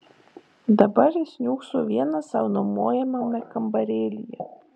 dabar jis niūkso vienas sau nuomojamame kambarėlyje